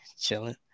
chilling